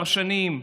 פרשנים,